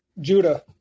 Judah